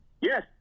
Yes